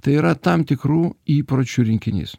tai yra tam tikrų įpročių rinkinys